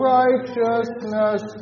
righteousness